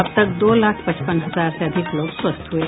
अब तक दो लाख पचपन हजार से अधिक लोग स्वस्थ हुये